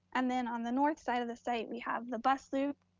and then on the north side of the site, we have the bus loop,